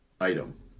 item